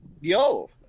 Yo